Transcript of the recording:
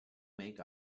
make